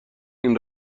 این